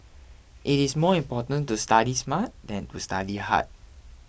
it is more important to study smart than to study hard